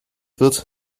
wird